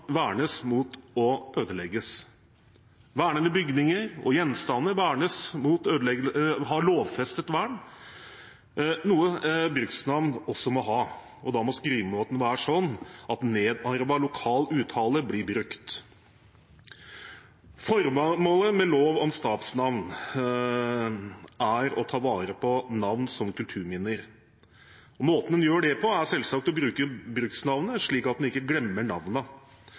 vernes mot å ødelegges. Vernede bygninger og gjenstander har lovfestet vern, noe bruksnavn også må ha. Da må skrivemåten være sånn at nedarvet lokal uttale blir brukt. Formålet med lov om stadnamn er å ta vare på navn som kulturminner. Måten en gjør det på, er selvsagt å bruke bruksnavnet, slik at en ikke glemmer